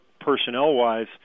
personnel-wise